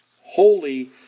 holy